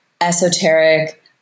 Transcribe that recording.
esoteric